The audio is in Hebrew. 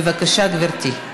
בבקשה, גברתי.